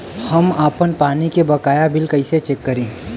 हम आपन पानी के बकाया बिल कईसे चेक करी?